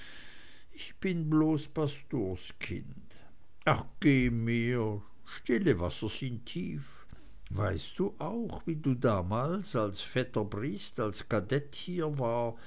ich bin bloß ein pastorskind ach geh mir stille wasser sind tief weißt du noch wie du damals als vetter briest als kadett hier war